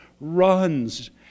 runs